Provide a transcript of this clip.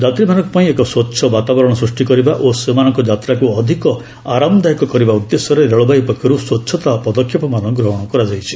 ଯାତ୍ରୀମାନଙ୍କ ପାଇଁ ଏକ ସ୍ପଚ୍ଛ ବାତାବରଣ ସୃଷ୍ଟି କରିବା ଓ ସେମାନଙ୍କ ଯାତ୍ରାକୁ ଅଧିକ ଆରାମ ଦାୟକ କରିବା ଉଦ୍ଦେଶ୍ୟରେ ରେଳବାଇ ପକ୍ଷରୁ ସ୍ୱଚ୍ଚତା ପଦକ୍ଷେପମାନ ଗ୍ରହଣ କରାଯାଇଛି